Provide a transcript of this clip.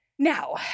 Now